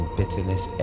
bitterness